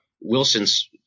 Wilson's